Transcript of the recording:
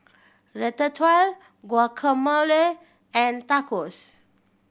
Ratatouille Guacamole and Tacos